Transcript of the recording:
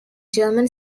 german